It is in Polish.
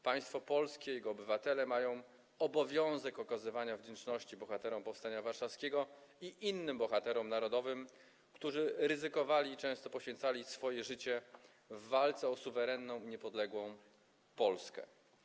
Państwo polskie, jego obywatele mają obowiązek okazywania wdzięczności bohaterom powstania warszawskiego i innym bohaterom narodowym, którzy ryzykowali i często poświęcali swoje życie w walce o suwerenną, niepodległą Polskę.